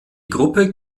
gruppe